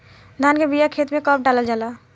धान के बिया खेत में कब डालल जाला?